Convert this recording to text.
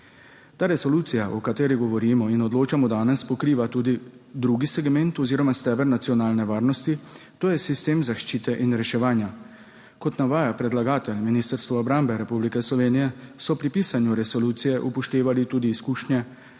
Ta resolucija, o kateri govorimo in odločamo danes, pokriva tudi drugi segment oziroma steber nacionalne varnosti – to je sistem zaščite in reševanja. Kot navaja predlagatelj, Ministrstvo za obrambo Republike Slovenije, so pri pisanju resolucije upoštevali tudi izkušnje,